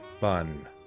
bun